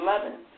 eleven